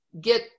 get